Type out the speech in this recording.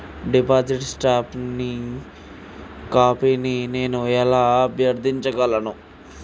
Deposit slip కాపీని నేను ఎలా అభ్యర్థించగలను?